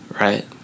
Right